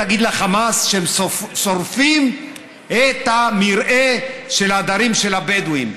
תגיד לחמאס שהם שורפים את המרעה של העדרים של הבדואים,